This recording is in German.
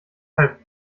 halb